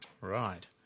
Right